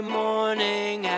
morning